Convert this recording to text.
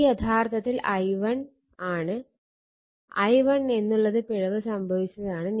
ഇത് യഥാർത്ഥത്തിൽ i1 ആണ് I1 എന്നുള്ളത് പിഴവ് സംഭവിച്ചതാണ്